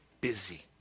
busy